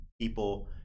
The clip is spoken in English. people